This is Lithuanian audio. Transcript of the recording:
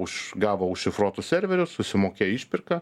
už gavo užšifruotus serverius susimokėjo išpirką